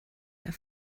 der